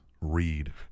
Read